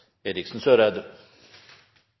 Eriksen Søreide.